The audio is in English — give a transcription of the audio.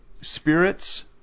spirits